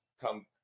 come